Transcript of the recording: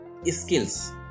skills